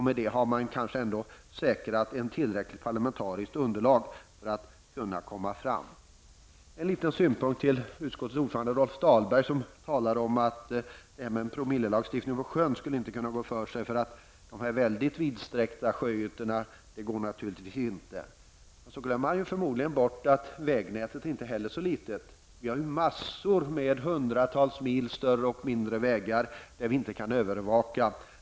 Med detta har man kanske ändå säkrat ett tillräckligt parlamentariskt underlag för att kunna komma fram till ett beslut. En liten synpunkt till utskottets ordförande Rolf Dahlberg som talade om att detta med en promillelagstiftning på sjön inte skulle kunna gå för sig eftersom sjöytorna är mycket vidsträckta. Då glömmer han förmodligen bort att vägnätet inte heller är så litet. Vi har ju hundratals mil större och mindre vägar där vi inte kan övervaka.